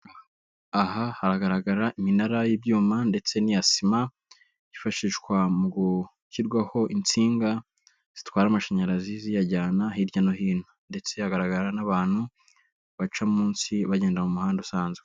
Aha haragaragara iminara y'ibyuma ndetse n'iya sima yifashishwa mu gushyirwaho insinga zitwara amashanyarazi ziyajyana hirya no hino ndetse hagaragara n'abantu baca munsi bagenda mu muhanda usanzwe.